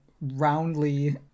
roundly